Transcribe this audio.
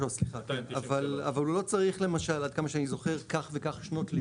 אבל הוא לא צריך למשל עד כמה שאני זוכר כך וכך שנות לימוד.